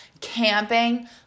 camping